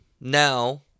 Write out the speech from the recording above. Now